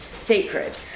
sacred